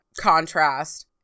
contrast